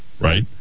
right